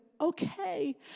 okay